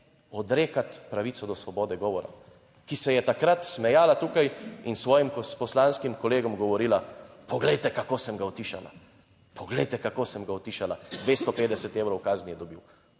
odrekati pravico do svobode govora, ki se je takrat smejala tukaj in s svojim poslanskim kolegom govorila, poglejte kako sem ga utišala, poglejte kako sem ga utišala, 250 evrov kazni je dobil.